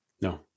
No